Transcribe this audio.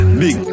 big